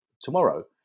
tomorrow